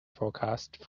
forecast